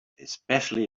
especially